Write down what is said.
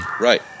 Right